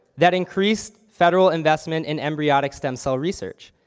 that increased federal investment in embryonic stem cell research,